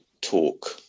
talk